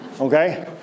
Okay